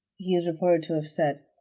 he is reported to have said.